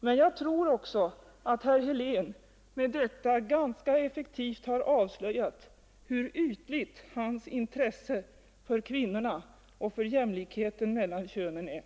Men jag tror också att herr Helén med detta ganska effektivt har avslöjat hur ytligt hans intresse för kvinnorna och för jämlikhet mellan könen är.